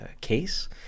case